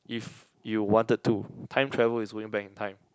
if you wanted to time travel is going back in time